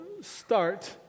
start